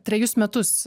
trejus metus